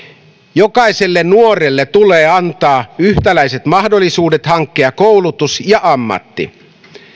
jokaiselle nuorelle tulee antaa yhtäläiset mahdollisuudet hankkia koulutus ja ammatti